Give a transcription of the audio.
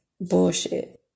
bullshit